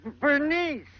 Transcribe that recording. Bernice